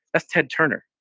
that's ted turner,